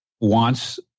wants